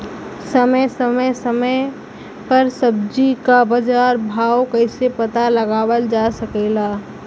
समय समय समय पर सब्जी क बाजार भाव कइसे पता लगावल जा सकेला?